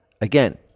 Again